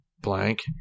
blank